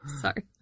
Sorry